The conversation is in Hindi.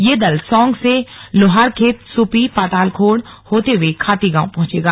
यह दल सौंग से लोहारखेत सुपी पातलाखोड़ होते हुए खाती गांव पहुंचेगा